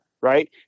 right